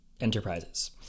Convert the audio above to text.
enterprises